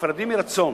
נפרדים מרצון,